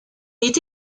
est